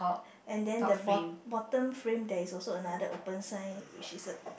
and then the bot~ bottom frame there is also another open sign which is a